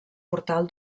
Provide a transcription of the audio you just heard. portal